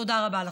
תודה רבה לכם.